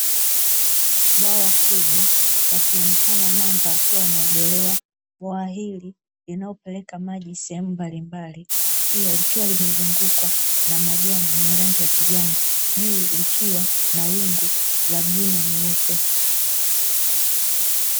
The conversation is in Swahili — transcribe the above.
Bwawa kubwa wakionekana mamba wakiwa wanaogelea, bwawa hili inayopeleka maji sehemu mbalimbali pia likiwa limezungukwa na majani yenye rangi ya kijani, juu likiwa na wingu la bluu na nyeupe.